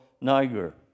Niger